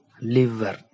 liver